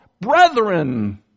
brethren